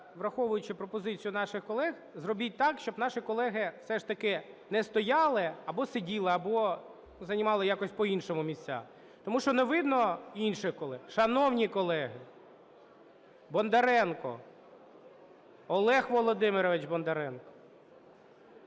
враховуючи пропозицію наших колег, зробіть так, щоб наші колеги все ж таки не стояли або сиділи, або займали якось по-іншому місця, тому що не видно інших колег. Шановні колеги! Бондаренко! Олег Володимирович Бондаренко!